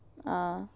ah